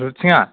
रुटिङा